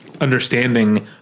understanding